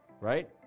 right